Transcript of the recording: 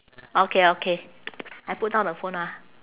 okay okay I put down the phone ah